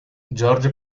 george